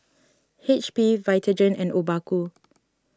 H P Vitagen and Obaku